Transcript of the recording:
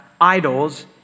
idols